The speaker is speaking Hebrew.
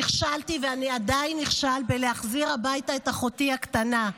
נכשלתי ואני עדיין נכשל בלהחזיר הביתה את אחותי הקטנה.